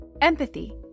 Empathy